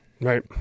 Right